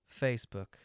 Facebook